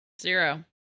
Zero